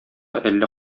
әллә